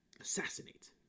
assassinate